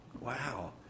Wow